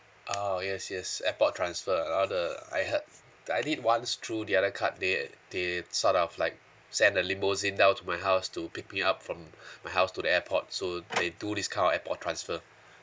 oh yes yes airport transfer all the I heard I did once through the other card they they sort of like send a limousine down to my house to pick me up from my house to the airport so they do this kind of airport transfer